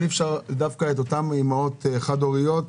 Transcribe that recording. אבל אי אפשר שאותן אימהות חד-הוריות,